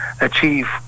achieve